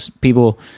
people